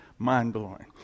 mind-blowing